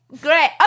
great